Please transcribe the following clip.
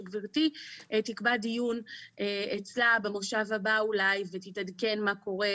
שגברתי תקבע דיון אצלה במושב הבא אולי ותתעדכן מה קורה